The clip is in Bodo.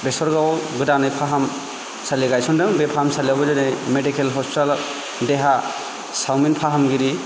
बेसरगाव आव गोदानै फाहामसालि गायसंदोन बे फाहामसालि आवबो जेरै मेडिकेल हसपिटाल देहा सावनि फाहामगिरि